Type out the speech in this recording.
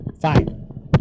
Fine